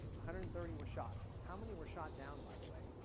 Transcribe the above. hundred and thirty were shot. how many were shot down by the way?